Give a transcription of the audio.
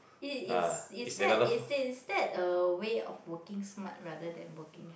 it is is that is is that a way of working smart rather than working hard